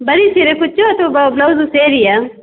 ಬರೀ ಸೀರೆ ಕುಚ್ಚು ಅಥವಾ ಬ್ಲೌಸು ಸೇರಿಯಾ